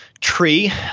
Tree